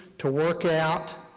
to work out,